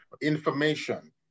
information